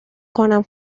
کنم